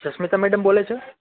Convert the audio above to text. Rashmika madam બોલે છે